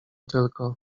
tylko